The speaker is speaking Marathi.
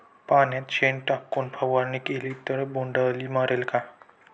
पाण्यात शेण टाकून फवारणी केली तर बोंडअळी मरेल का?